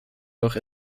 auch